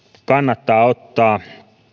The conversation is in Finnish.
kannattaa ottaa